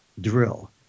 drill